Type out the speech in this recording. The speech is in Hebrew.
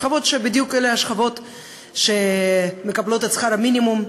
השכבות שהן בדיוק אלה שמקבלות את שכר המינימום,